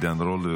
עידן רול,